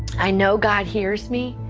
i know god hears me,